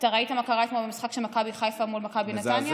אתה ראית מה קרה אתמול במשחק של מכבי חיפה מול מכבי נתניה?